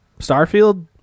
Starfield